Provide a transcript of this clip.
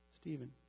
Stephen